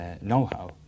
know-how